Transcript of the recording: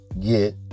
get